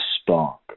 spark